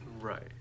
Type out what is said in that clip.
right